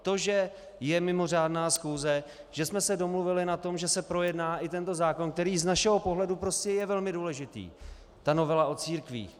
To, že je mimořádná schůze, že jsme se domluvili na tom, že se projedná i tento zákon, který z našeho pohledu prostě je velmi důležitý, ta novela o církvích.